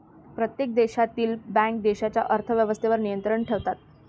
प्रत्येक देशातील बँका देशाच्या अर्थ व्यवस्थेवर नियंत्रण ठेवतात